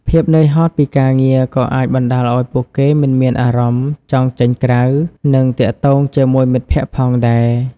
ភាពនឿយហត់ពីការងារក៏អាចបណ្ដាលឱ្យពួកគេមិនមានអារម្មណ៍ចង់ចេញក្រៅ នឹងទាក់ទងជាមួយមិត្តភក្តិផងដែរ ។